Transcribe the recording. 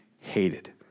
hated